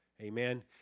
Amen